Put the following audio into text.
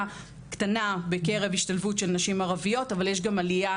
קטנה בקרב השתלבות של נשים ערביות אבל יש גם עלייה,